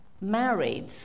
married